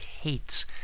hates